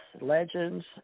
legends